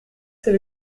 c’est